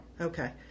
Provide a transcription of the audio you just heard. Okay